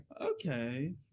Okay